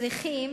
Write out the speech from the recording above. צריכים